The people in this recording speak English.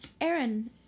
Aaron